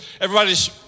Everybody's